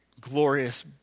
Glorious